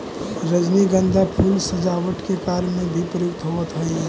रजनीगंधा फूल सजावट के कार्य में भी प्रयुक्त होवऽ हइ